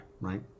right